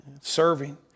Serving